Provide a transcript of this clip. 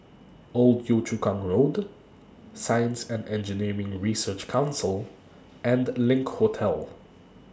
Old Yio Chu Kang Road Science and Engineering Research Council and LINK Hotel